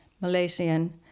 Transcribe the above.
Malaysian